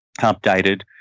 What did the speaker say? updated